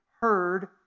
heard